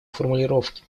формулировки